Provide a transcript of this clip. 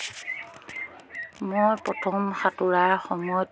মই প্ৰথম সাঁতোৰাৰ সময়ত